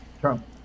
Trump